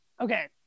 Okay